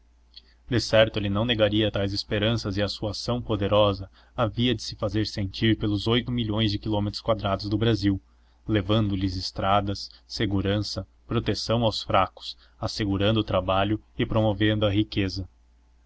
respeitos decerto ele não negaria tais esperanças e a sua ação poderosa havia de se fazer sentir pelos oito milhões de quilômetros quadrados do brasil levando lhes estradas segurança proteção aos fracos assegurando o trabalho e promovendo a riqueza